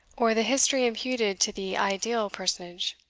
or the history imputed to the ideal personage.